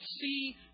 see